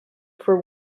for